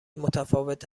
متفاوت